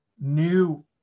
new